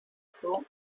thought